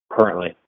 currently